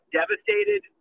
devastated